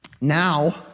Now